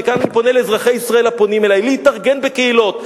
וכאן אני פונה לאזרחי ישראל הפונים אלי להתארגן בקהילות,